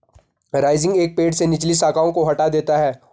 rising एक पेड़ से निचली शाखाओं को हटा देता है